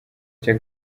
cya